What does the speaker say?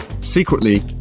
Secretly